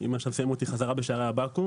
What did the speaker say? אם היו למשל שמים אותי חזרה בשערי הבקו"ם.